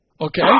Okay